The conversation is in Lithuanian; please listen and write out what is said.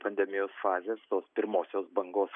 pandemijos fazės tos pirmosios bangos